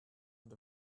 and